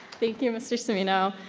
thank you mr. cimmino.